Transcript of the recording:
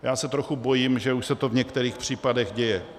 Já se trochu bojím, že už se to v některých případech děje.